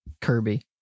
Kirby